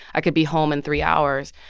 i could be home in three hours.